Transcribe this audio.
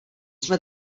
jsme